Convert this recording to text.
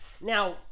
Now